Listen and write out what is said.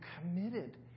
committed